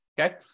okay